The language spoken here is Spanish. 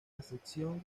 decepción